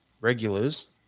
regulars